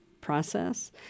process